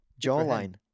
Jawline